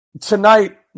tonight